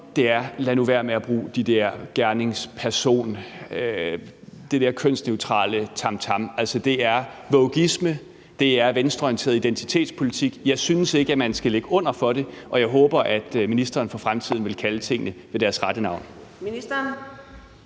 det er: Lad nu være med at bruge det der ord gerningsperson; det der kønsneutrale tamtam. Altså, det er wokeisme; det er venstreorienteret identitetspolitik. Jeg synes ikke, at man skal ligge under for det, og jeg håber, at ministeren for fremtiden vil kalde tingene ved deres rette navn.